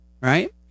right